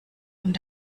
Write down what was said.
und